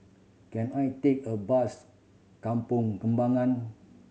can I take a bus Kampong Kembangan